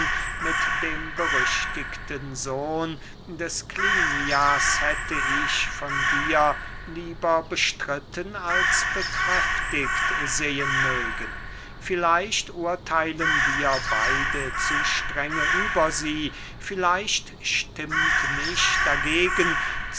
mit dem berüchtigten sohn des klinias hätte ich von dir lieber bestritten als bekräftigt sehen mögen vielleicht urtheilen wir beide zu strenge über sie vielleicht stimmt mich dagegen